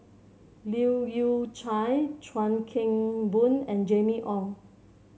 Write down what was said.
Leu Yew Chye Chuan Keng Boon and Jimmy Ong